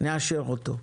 נאשר אותו.